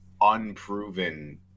unproven